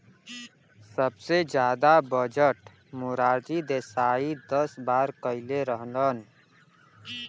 सबसे जादा बजट मोरारजी देसाई दस बार कईले रहलन